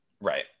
Right